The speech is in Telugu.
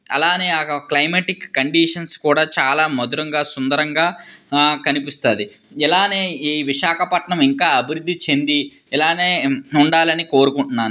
అలానే ఆ యొక్క క్లైమెటిక్ కండీషన్స్ కూడా చాలా మధురంగా సుందరంగా కనిపిస్తుంది ఇలానే ఈ విశాఖపట్నం ఇంకా అభివృద్ధి చెంది ఇలానే ఉండాలని కోరుకుంటున్నాను